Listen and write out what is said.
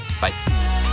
Bye